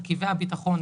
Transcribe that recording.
מרכיבי הביטחון,